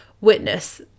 witness